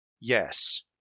Yes